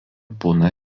būna